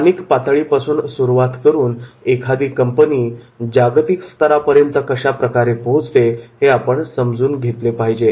स्थानिक पातळीपासून सुरुवात करून एखादी कंपनी वैश्विक स्तरापर्यंत कशाप्रकारे पोहोचते हे आपण समजून घेतले पाहिजे